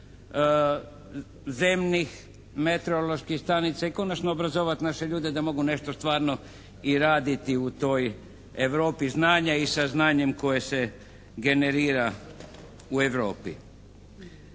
zemnih meteoroloških stanica i konačno obrazovati naše ljude da mogu nešto stvarno i raditi u toj Europi znanja i saznanjem koje se generira u Europi.